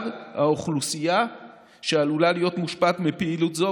האוכלוסייה שעלולה להיות מושפעת מפעילות זו,